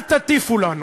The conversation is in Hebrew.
אל תטיפו לנו,